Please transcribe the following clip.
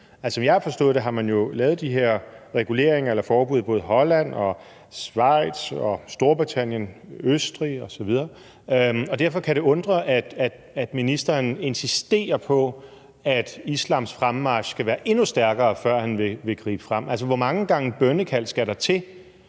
Som jeg har forstået det, har man lavet de her reguleringer eller forbud både i Holland, Schweiz, Storbritannien, Østrig osv., og derfor kan det undre, at ministeren insisterer på, at islams fremmarch skal være endnu stærkere, før han vil gribe ind. Altså, hvor mange gange bønnekald skal der til,